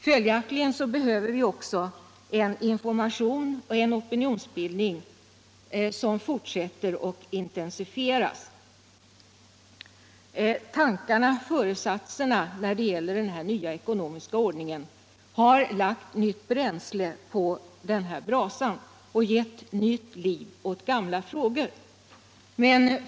Följaktligen behöver vi också en fortsatt information och intensifierad opinionsbildning.